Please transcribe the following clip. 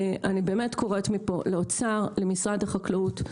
אני קוראת מפה לאוצר ולמשרד החקלאות: